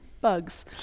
bugs